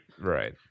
Right